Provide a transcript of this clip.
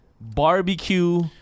Barbecue